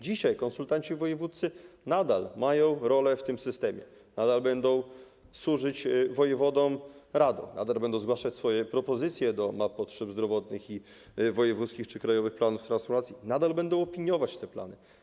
Dzisiaj konsultanci wojewódzcy nadal mają rolę w tym systemie, nadal będą służyć wojewodom radą, nadal będą zgłaszać swoje propozycje do map potrzeb zdrowotnych i wojewódzkich czy krajowych planów transformacji, nadal będą opiniować te plany.